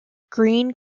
green